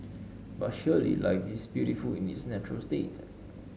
but surely life is beautiful in its natural state